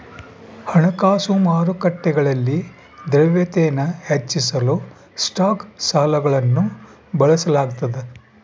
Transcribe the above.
ಹಣಕಾಸು ಮಾರುಕಟ್ಟೆಗಳಲ್ಲಿ ದ್ರವ್ಯತೆನ ಹೆಚ್ಚಿಸಲು ಸ್ಟಾಕ್ ಸಾಲಗಳನ್ನು ಬಳಸಲಾಗ್ತದ